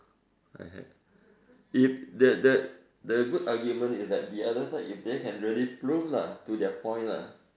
I had if the the the good argument is like the other side if they can really prove lah to their point lah